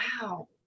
wow